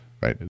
right